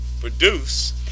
produce